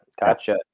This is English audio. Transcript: Gotcha